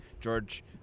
George